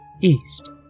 east